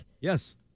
Yes